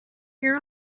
hear